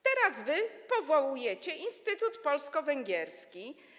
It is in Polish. Teraz wy powołujecie instytut polsko-węgierski.